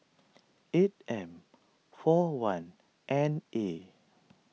eight M four one N A